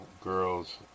girls